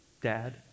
dad